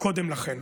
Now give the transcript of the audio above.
קודם לכן.